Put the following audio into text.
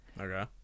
Okay